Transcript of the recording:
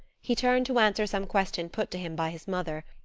he turned to answer some question put to him by his mother,